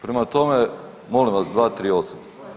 Prema tome, molim vas, 238.